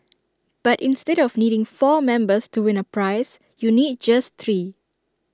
but instead of needing four numbers to win A prize you need just three